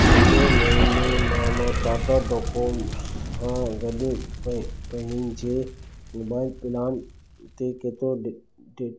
हिन महीने मां मां ताता डोको सां गॾु प पंहिंजे मोबाइल प्लान ते केतिरो डि डि